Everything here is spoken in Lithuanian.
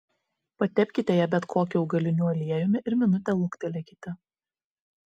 patepkite ją bet kokiu augaliniu aliejumi ir minutę luktelėkite